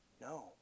No